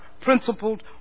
principled